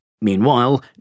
Meanwhile